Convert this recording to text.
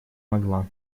могла